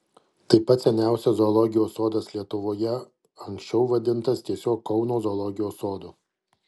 tai pats seniausias zoologijos sodas lietuvoje anksčiau vadintas tiesiog kauno zoologijos sodu